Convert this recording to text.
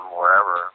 wherever